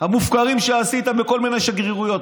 המופקרים שעשית בכל מיני שגרירויות,